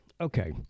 okay